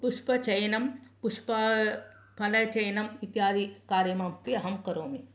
पुष्पचयनं पुष्पफलचयनम् इत्यादि कार्यमपि अहं करोमि